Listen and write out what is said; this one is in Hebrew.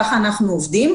כך אנחנו עובדים,